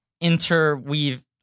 interweave